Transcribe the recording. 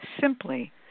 simply